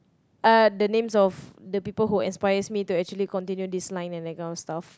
uh the names of the people who aspires me actually continue this line and that kind of stuff